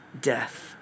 death